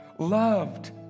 Loved